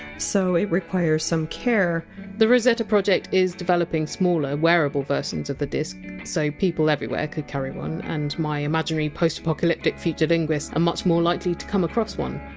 so it requires some care the rosetta project is developing smaller wearable versions of the disk, so people everywhere can carry one and my imaginary post-apocalyptic future linguists are much more likely to come across one.